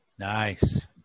Nice